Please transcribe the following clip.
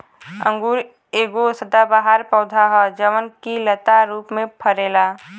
अंगूर एगो सदाबहार पौधा ह जवन की लता रूप में फरेला